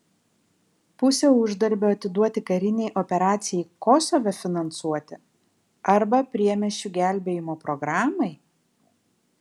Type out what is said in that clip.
pusę uždarbio atiduoti karinei operacijai kosove finansuoti arba priemiesčių gelbėjimo programai